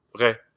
Okay